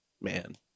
man